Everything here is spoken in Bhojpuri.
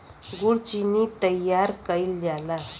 गुड़ चीनी तइयार कइल जाला